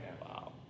Wow